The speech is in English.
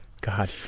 god